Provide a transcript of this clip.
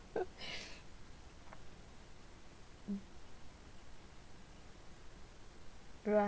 right